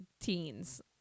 teens